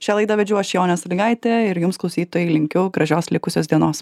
šią laidą vedžiau aš jonė sąlygaitė ir jums klausytojai linkiu gražios likusios dienos